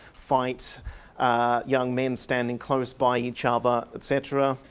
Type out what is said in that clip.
fight young men standing close by each other', etc.